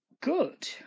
good